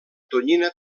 tonyina